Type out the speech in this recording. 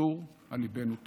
נצור על ליבנו תמיד.